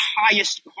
highest